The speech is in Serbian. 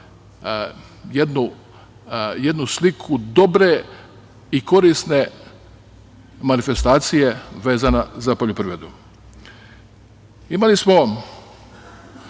jednu sliku dobre i korisne manifestacije vezane za poljoprivredu. Imali smo